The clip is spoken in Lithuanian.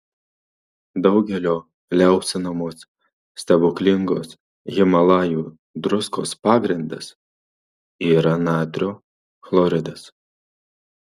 daugelio liaupsinamos stebuklingos himalajų druskos pagrindas yra natrio chloridas